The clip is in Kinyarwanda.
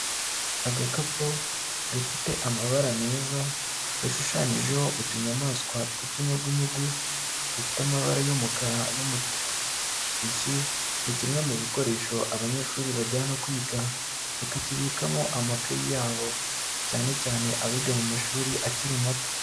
Agakapu gafite amabara meza gashushanyijeho utunyamaswa tw'utunyugunyugu dufite amabara y'umukara n'umutuku, iki ni kimwe mu bikoresho abanyeshuri bajyana kwiga, bakakibikamo amakaye yabo cyane cyane abiga mu mashuri akiri mato.